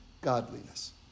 godliness